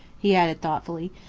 he added thoughtfully,